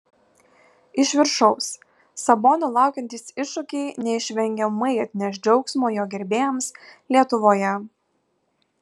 iš viršaus sabonio laukiantys iššūkiai neišvengiamai atneš džiaugsmo jo gerbėjams lietuvoje